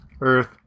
Earth